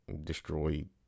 destroyed